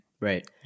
Right